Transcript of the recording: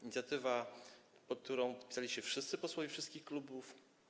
Inicjatywa, pod którą podpisali się wszyscy posłowie wszystkich klubów.